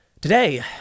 today